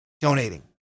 donating